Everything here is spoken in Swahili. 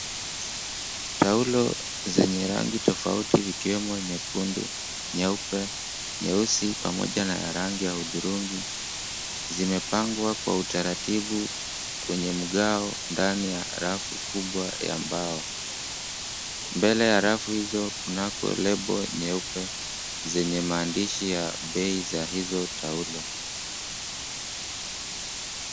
Taulo zenye rangi tofauti, ikiwemo nyekundu, nyeupe, nyeusi, pamoja na ya rangi ya hudhurungi, zimepangwa kwa utaratibu kwenye mgao ndani ya rafu kubwa ya mbao. Mbele ya rafu hizo kunako lebo nyeupe zenye maandishi ya bei za hizo taulo.